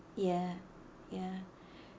yeah ya